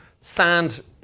sand